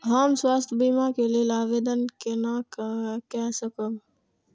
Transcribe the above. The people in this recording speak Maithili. हम स्वास्थ्य बीमा के लेल आवेदन केना कै सकब?